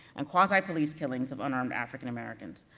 and quasi-police killings of unarmed african americans,